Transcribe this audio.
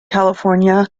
california